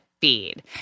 feed